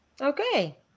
Okay